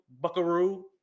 buckaroo